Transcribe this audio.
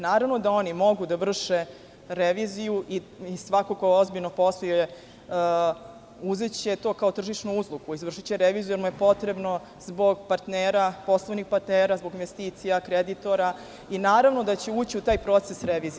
Naravno da oni mogu da vrše reviziju i svako ko ozbiljno posluje uzeće to kao tržišnu uslugu, izvršiće reviziju jer mu je potrebno zbog poslovnih partnera, zbog investicija, kreditora i naravno da će ući u taj proces revizije.